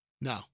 No